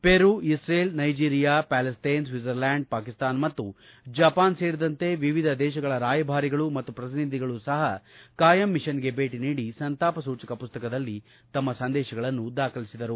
ಪೆರು Israel Nigeria Palestine Switzerland Pakistan ಮತ್ತು Japan ಸೇರಿದಂತೆ ವಿವಿಧ ದೇಶಗಳ ರಾಯಭಾರಿಗಳು ಮತ್ತು ಪ್ರತಿನಿಧಿಗಳು ಸಹ ಖಾಯಂ ವಿಷನ್ಗೆ ಭೇಟಿ ನೀಡಿ ಸಂತಾಪ ಸೂಚಕ ಮಸ್ತಕದಲ್ಲಿ ತಮ್ನ ಸಂದೇಶಗಳನ್ನು ದಾಖಲಿಸಿದರು